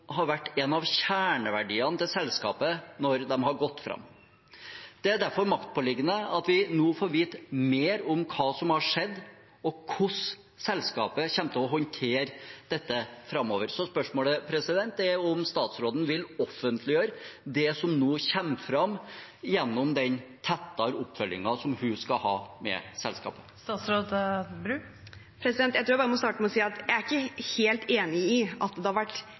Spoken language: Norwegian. vært en av kjerneverdiene til selskapet når de har gått fram. Det er derfor maktpåliggende at vi nå får vite mer om hva som har skjedd, og hvordan selskapet kommer til å håndtere dette framover. Spørsmålet er om statsråden vil offentliggjøre det som nå kommer fram gjennom den tettere oppfølgingen hun skal ha med selskapet. Jeg tror jeg bare må starte med å si at jeg er ikke helt enig i at det har vært